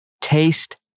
taste